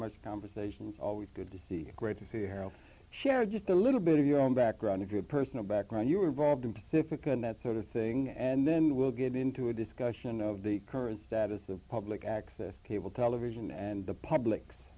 much conversation always good to see great to see her share just a little bit of your own background your personal background you were involved in pacifica and that sort of thing and then we'll get into a discussion of the current status of public access cable television and the public's